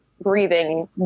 breathing